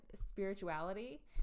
spirituality